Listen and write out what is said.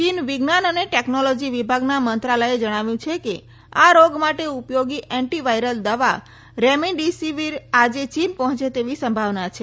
ચીન વિજ્ઞાન અને ટેકનોલોજી વિભાગના મંત્રાલયે જણાવ્યું છે કે આ રોગ માટે ઉપયોગી એન્ટીવાયરલ દવા રેમીડીસીવીર આજે ચીન પહોંચે તેવી સંભાવના છે